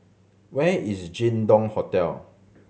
where is Jin Dong Hotel